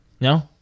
No